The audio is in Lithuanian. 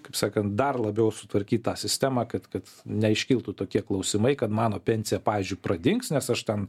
kaip sakant dar labiau sutvarkyt tą sistemą kad kad neiškiltų tokie klausimai kad mano pensija pavyzdžiui pradings nes aš ten